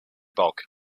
bulk